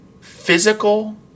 physical